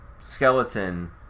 skeleton